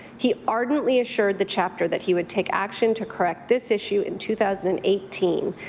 he arresteddently assured the chapter that he would take action to correct this issue in two thousand and eighteen.